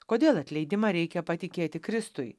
kodėl atleidimą reikia patikėti kristui